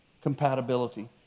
Compatibility